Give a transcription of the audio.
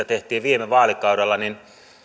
tehtiin viime vaalikaudella niin